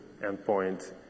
endpoint